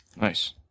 Nice